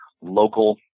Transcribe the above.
local